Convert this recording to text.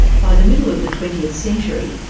by the middle of the twentieth century,